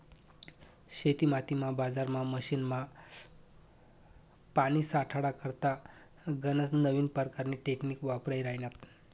शेतीमातीमा, बजारमा, मशीनमा, पानी साठाडा करता गनज नवीन परकारनी टेकनीक वापरायी राह्यन्यात